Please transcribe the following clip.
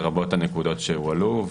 לרבות הנקודות שהועלו,